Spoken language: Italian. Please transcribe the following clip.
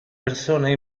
persone